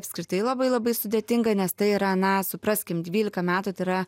apskritai labai labai sudėtinga nes tai yra na supraskim dvylika metų tai yra